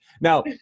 Now